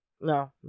No